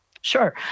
Sure